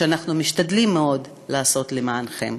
שאנחנו משתדלים מאוד לעשות למענכם.